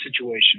situation